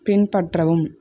பின்பற்றவும்